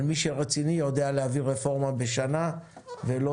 אבל מי שרציני יודע להביא רפורמה בשנה ולא